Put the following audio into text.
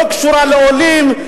לא קשורה לעולים,